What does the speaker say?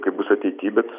kaip bus ateity bet